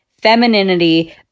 femininity